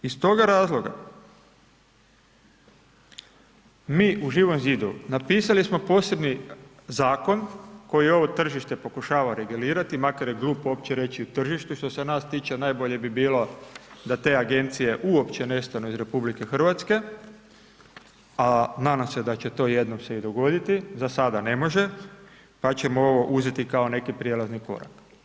Iz toga razloga mi u Živom zidu napisali smo posebni zakon koji ovo tržište pokušava regulirati, makar je glupo uopće reći tržište, što se nas tiče najbolje bi bilo da te agencije uopće nestanu iz RH a nadam se da će to jednom se i dogoditi, pa ćemo ovo uzeti kao neki prijelazni korak.